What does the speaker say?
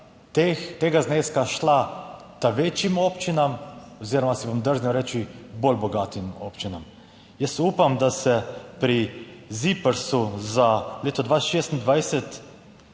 tega zneska šla večjim občinam oziroma si bom drznil reči bolj bogatim občinam. Jaz upam, da pri ZIPRSU za leto 2026